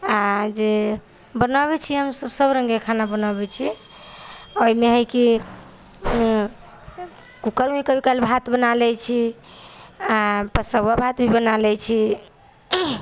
आओर जे बनाबै छी हम सभ रङ्गके खाना बनाबै छी ओहिमे हइ कि कुकरमे कभी काल भात बना लै छि आओर पसौवा भात भी बना लै छी